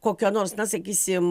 kokio nors na sakysim